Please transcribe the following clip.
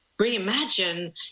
reimagine